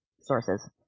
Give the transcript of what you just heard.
sources